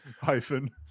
Hyphen